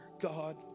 God